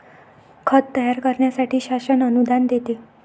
खत तयार करण्यासाठी शासन अनुदान देते